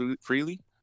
freely